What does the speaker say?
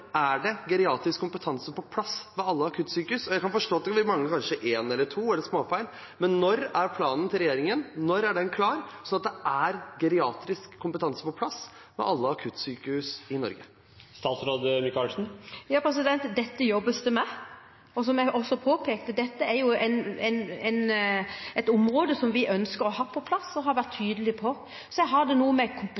er det geriatrisk kompetanse på plass ved alle akuttsykehus? Jeg kan ha forståelse for at det vil mangle kanskje én eller to, og at det vil være småfeil, men når er regjeringens plan klar, slik at det er geriatrisk kompetanse på plass ved alle akuttsykehus i Norge? Dette jobbes det med, og, som jeg også påpekte, dette er et område som vi ønsker skal falle på plass, og det har vi vært